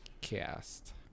cast